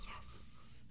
Yes